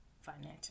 Financial